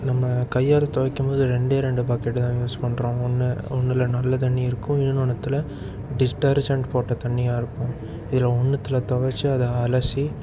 நம்ம கையால் துவைக்கம் போது ரெண்டே ரெண்டு பாக்கெட்டு தாங்க யூஸ் பண்ணுறோம் ஒன்று ஒன்றுல நல்ல தண்ணி இருக்கும் இன்னொன்னுத்தில் டிஸ்டார்ஜன் போட்டல் தண்ணியாக இருக்கும் இதில் ஒன்றுத்துல துவைச்சி அதை அலசி